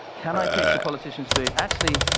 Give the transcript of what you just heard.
can i picture politicians doing it? actually,